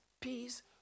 peace